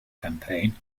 campaign